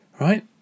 Right